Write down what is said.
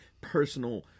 personal